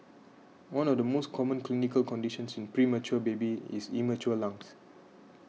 one of the most common clinical conditions in premature babies is immature lungs